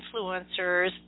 influencers